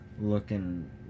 looking